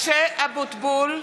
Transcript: משה אבוטבול,